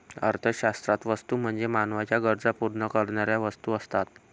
अर्थशास्त्रात वस्तू म्हणजे मानवाच्या गरजा पूर्ण करणाऱ्या वस्तू असतात